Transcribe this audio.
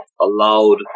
allowed